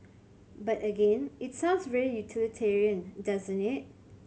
but again it sounds very utilitarian doesn't it